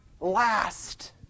last